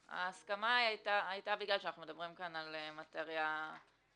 ההסכמה היתה בגלל שאנחנו מדברים כאן על מטריה ספציפית.